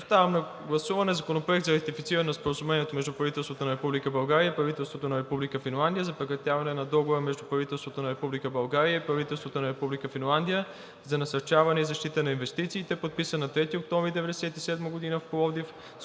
поставям на гласуване Законопроект за ратифициране на Споразумението между правителството на Република България и правителството на Република Финландия за прекратяването на Договора между правителството на Република България и правителството на Република Финландия за насърчаване и защита на инвестициите, подписан на 3 октомври 1997 г. в Пловдив,